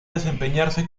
desempeñarse